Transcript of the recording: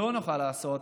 לא נוכל לעשות,